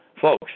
folks